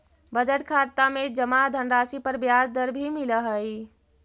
budget खाता में जमा धनराशि पर ब्याज दर भी मिलऽ हइ